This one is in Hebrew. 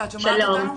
שלום,